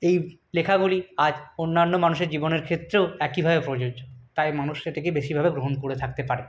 এই লেখাগুলি আজ অন্যান্য মানুষের জীবনের ক্ষেত্রেও একইভাবে প্রযোজ্য তাই মানুষ সেটিকে বেশিভাবে গ্রহণ করে থাকতে পারে